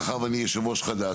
מאחר ואני יושב ראש חדש,